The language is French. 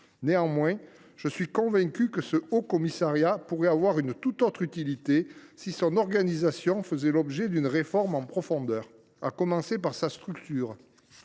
! Mieux, je suis convaincu que le Haut Commissariat pourrait avoir une tout autre utilité si son organisation faisait l’objet d’une réforme en profondeur, en commençant par sa structure.